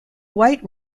white